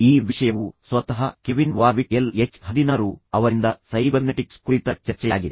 ಈ ವಿಷಯವು ಸ್ವತಃ ಕೆವಿನ್ ವಾರ್ವಿಕ್ ಎಲ್ ಎಚ್ ಹದಿನಾರು ಅವರಿಂದ ಸೈಬರ್ನೆಟಿಕ್ಸ್ ಕುರಿತ ಚರ್ಚೆಯಾಗಿದೆ